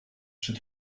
przed